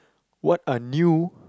what are new